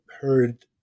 heard